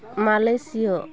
Malaysia